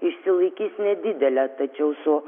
išsilaikys nedidelė tačiau su